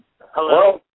Hello